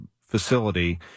facility